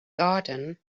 garden